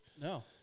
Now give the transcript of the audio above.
no